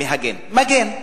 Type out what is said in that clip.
מגן.